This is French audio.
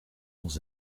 dans